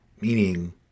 Meaning